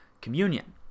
communion